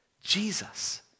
Jesus